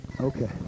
Okay